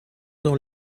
dans